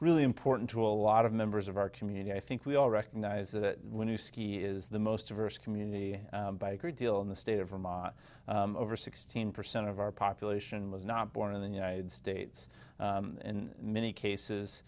really important to a lot of members of our community i think we all recognize that when you ski is the most diverse community by a great deal in the state of vermont over sixteen percent of our population was not born in the united states in many cases